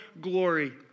glory